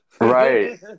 Right